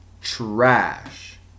Trash